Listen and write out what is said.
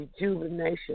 rejuvenation